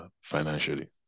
financially